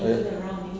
then ah